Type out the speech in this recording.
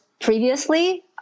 previously